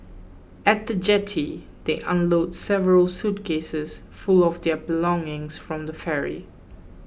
at the jetty they unload several suitcases full of their belongings from the ferry